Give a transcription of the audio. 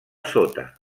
sota